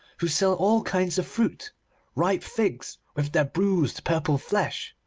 who sell all kinds of fruit ripe figs, with their bruised purple flesh,